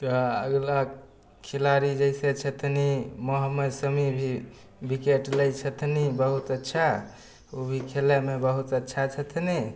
तऽ अगला खिलाड़ी जैसे छथिन मोहम्मद शमी भी बिकेट लै छथिन बहुत अच्छा ओ भी खेलैमे बहुत अच्छा छथिन